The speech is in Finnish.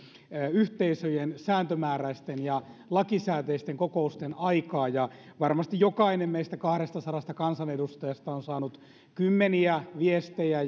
yhteisöjen sääntömääräisten ja lakisääteisten kokousten aikaa ja varmasti jokainen meistä kahdestasadasta kansanedustajasta on saanut kymmeniä viestejä